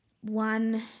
one